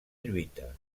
lluita